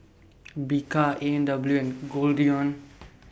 Bika A and W and Goldlion